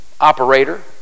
operator